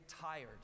tired